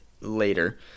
later